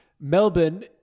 Melbourne